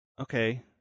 okay